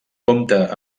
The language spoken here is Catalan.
compta